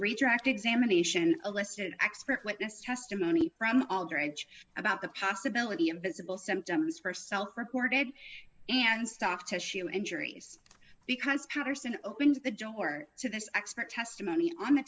retracked examination elicited expert witness testimony from aldridge about the possibility of visible symptoms for self reported and stop tissue injuries because patterson opens the door to this expert testimony on the